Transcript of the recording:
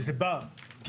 וזה בא כפיצוי,